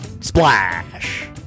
Splash